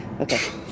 Okay